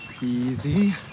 Easy